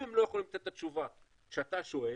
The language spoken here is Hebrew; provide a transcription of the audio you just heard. אם הם לא יכולים לתת את התשובה שאתה שואל